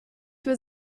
für